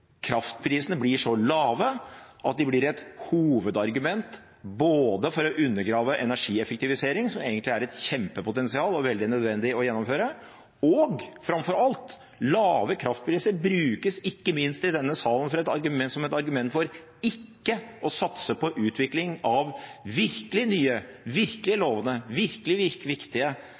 kraftprisene blir så lave at de blir et hovedargument for å undergrave energieffektivisering, som egentlig er et kjempepotensial og veldig nødvendig å gjennomføre. Og, framfor alt: Lave kraftpriser brukes – ikke minst i denne salen – som et argument for ikke å satse på utvikling av virkelig nye, virkelig lovende, virkelig viktige